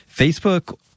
Facebook